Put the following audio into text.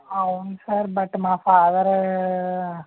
అవును sir but మా father